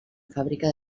fàbrica